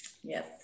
yes